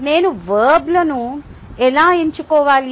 నేను వర్బ్ను ఎలా ఎంచుకోవాలి